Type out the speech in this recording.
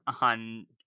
on